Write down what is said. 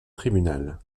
tribunal